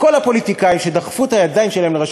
כל הפוליטיקאים שדחפו את הידיים שלהם לרשות